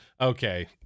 okay